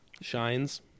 Shines